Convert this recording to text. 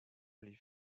les